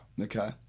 Okay